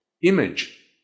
image